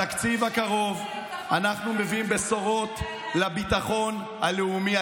אנחנו מביאים בשורות לביטחון הלאומי.